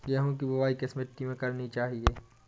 गेहूँ की बुवाई किस मिट्टी में करनी चाहिए?